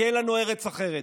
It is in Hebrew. כי אין לנו ארץ אחרת.